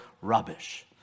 rubbish